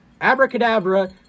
Abracadabra